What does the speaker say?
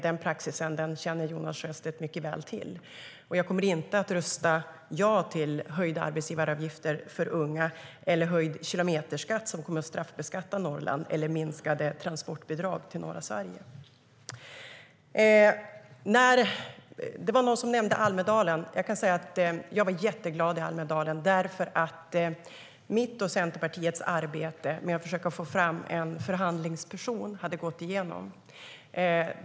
Den praxisen känner Jonas Sjöstedt mycket väl till. Jag kommer inte att rösta ja till höjda arbetsgivaravgifter för unga, höjd kilometerskatt, som kommer att straffbeskatta Norrland, eller minskade transportbidrag till norra Sverige.Det var någon som nämnde Almedalen. Jag var jätteglad i Almedalen, för mitt och Centerpartiets arbete med att försöka få fram en förhandlingsperson hade gått igenom.